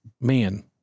man